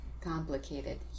complicated